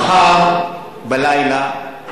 מחר בלילה,